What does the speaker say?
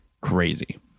crazy